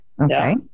Okay